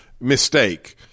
Mistake